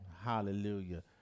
Hallelujah